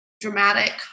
dramatic